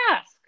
ask